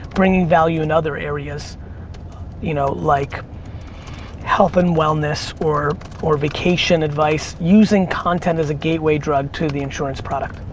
bringing value in other areas you know like health and wellness or or vacation advice. using content as a gateway drug to the insurance product